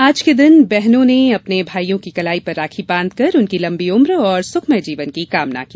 आज के दिन बहनें अपने भाईयों की कलाई पर राखी बांधकर उनकी लंबी उम्र और सुखमय जीवन की कामना की